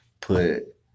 put